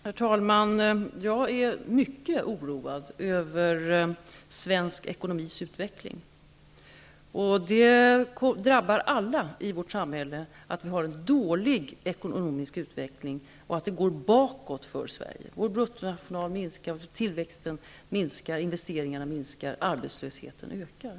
Herr talman! Jag är mycket oroad över svensk ekonomis utveckling. Det drabbar alla i vårt samhälle att vi har en dålig ekonomisk utveckling och att det går bakåt för Sverige. Vår bruttonationalprodukt minskar, tillväxten minskar, investeringarna minskar, arbetslösheten ökar.